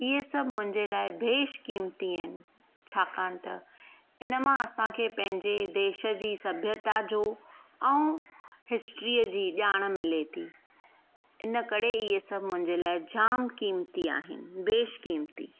ईअं सभु मुंहिंजे लाइ बेशकीमती आहिनि छाकाणि त इन मां असांखे पंहिंजे देश जी सभ्यता जो ऐं हिस्ट्रीअ जी ॼाण मिले थी इन करे ईअं सभु मुंहिंजे लाइ जाम कीमती आहिनि बेशकीमती